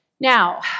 Now